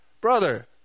brother